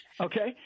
okay